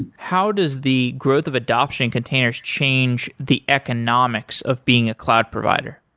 how does the growth of adoption containers change the economics of being a cloud provider?